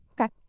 Okay